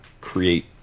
create